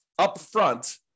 upfront